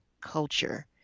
culture